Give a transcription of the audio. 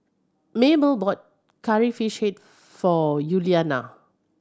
Mable bought Curry Fish Head for Yuliana